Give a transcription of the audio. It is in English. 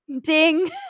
Ding